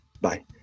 Bye